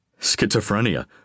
Schizophrenia